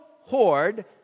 hoard